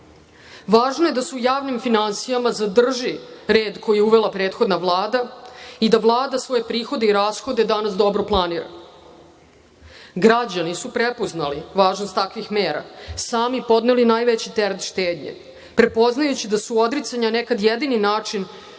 Važno je da se u javnim finansijama zadrži red koji je uvela prethodna Vlada i da Vlada svoje prihode i rashode danas dobro planira. Građani su prepoznali važnost takvih mera, sami podneli najveći teret štednje, prepoznajući da su odricanja nekad jedini način